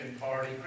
party